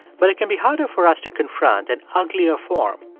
but it can be harder for us to confront an uglier form,